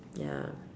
ya